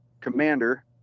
commander